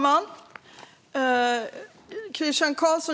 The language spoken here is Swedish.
Herr talman!